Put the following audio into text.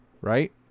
right